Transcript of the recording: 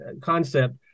concept